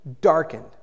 darkened